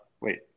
Wait